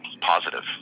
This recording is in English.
positive